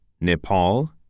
Nepal